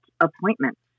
appointments